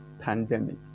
pandemic